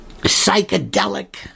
psychedelic